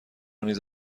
نیز